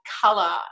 color